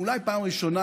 אולי בפעם הראשונה,